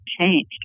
changed